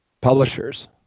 publishers